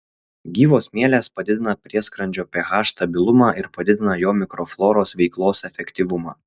gyvos mielės padidina prieskrandžio ph stabilumą ir padidina jo mikrofloros veiklos efektyvumą